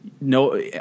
No